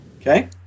Okay